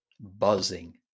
buzzing